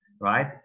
right